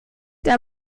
der